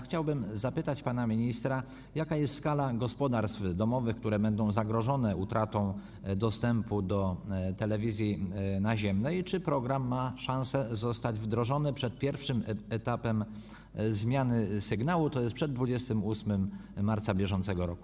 Chciałbym zapytać pana ministra, jaka jest skala gospodarstw domowych, które będą zagrożone utratą dostępu do telewizji naziemnej i czy program ma szansę zostać wdrożony przed pierwszym etapem zmiany sygnału, tj. przed 28 marca br.